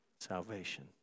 salvation